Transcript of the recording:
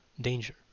Danger